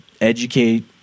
educate